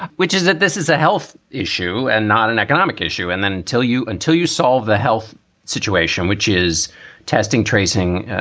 which is that this is a health issue and not an economic issue. and then until you until you solve the health situation, which is testing, tracing,